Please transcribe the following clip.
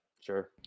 Sure